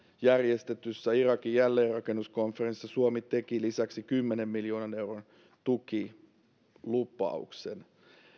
järjestetyssä irakin jälleenrakennuskonferenssissa suomi teki lisäksi kymmenen miljoonan euron tukilupauksen